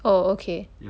oh okay